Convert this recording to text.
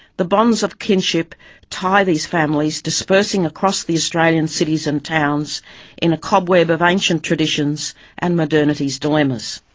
the bonds of kinship tie these families dispersing across the australian cities and towns in a cobweb of ancient traditions and modernity's dilemmas.